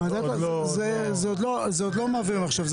עוד לא מעבירים עכשיו .